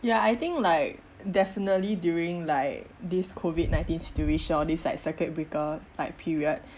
ya I think like definitely during like this COVID nineteen situation or this like circuit breaker like period